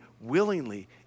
willingly